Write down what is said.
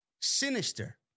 sinister